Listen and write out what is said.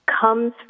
comes